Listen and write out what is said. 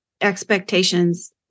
expectations